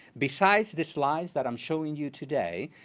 besides the slides that i'm showing you today,